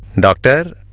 doctor?